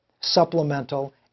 supplemental